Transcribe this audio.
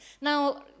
Now